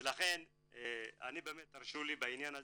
לכן תרשו לי בעניין הזה,